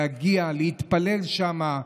להגיע להתפלל שם,